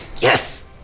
Yes